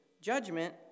judgment